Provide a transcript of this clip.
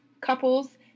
couples